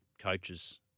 Coaches